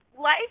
life